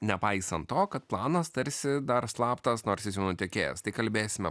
nepaisant to kad planas tarsi dar slaptas nors jis jau nutekėjęs tai kalbėsime